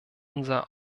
unser